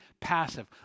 passive